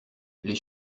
les